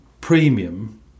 premium